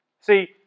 See